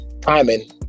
timing